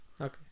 Okay